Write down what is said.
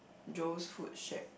Joe's food shack